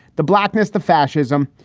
the blackness, the fascism,